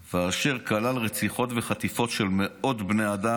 וכלל רציחות וחטיפות של מאות בני אדם.